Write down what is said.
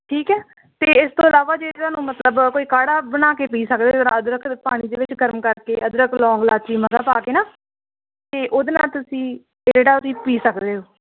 ਠੀਕ ਹੈ ਅਤੇ ਇਸ ਤੋਂ ਇਲਾਵਾ ਜੇ ਤੁਹਾਨੂੰ ਮਤਲਬ ਕੋਈ ਕਾਹੜਾ ਬਣਾ ਕੇ ਪੀ ਸਕਦੇ ਹੋ ਜਿਹੜਾ ਅਦਰਕ ਪਾਣੀ ਦੇ ਵਿੱਚ ਗਰਮ ਕਰਕੇ ਅਦਰਕ ਲੌਂਗ ਲਾਚੀ ਮਗਾਂ ਪਾ ਕੇ ਨਾ ਅਤੇ ਉਹਦੇ ਨਾਲ ਤੁਸੀਂ ਜਿਹੜਾ ਤੁਸੀਂ ਪੀ ਸਕਦੇ ਹੋ